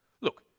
Look